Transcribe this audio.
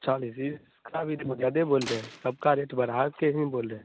चलिए दी दीदी उसका भी तो ज़्यादा बोल रहे हैं सब का रेट बढ़ा के ही बोल रहे हैं